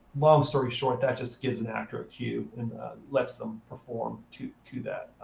long story short, that just gives an actor a cue and lets them perform to to that